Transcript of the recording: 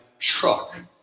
truck